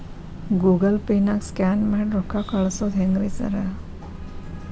Google ಪೇನಾಗ scan ಮಾಡಿ ರೊಕ್ಕಾ ಕಳ್ಸೊದು ಹೆಂಗ್ರಿ ಸಾರ್?